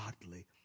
godly